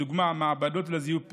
דוגמת מעבדות לזיהוי פלילי,